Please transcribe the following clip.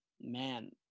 man